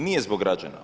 Nije zbog građana.